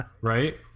Right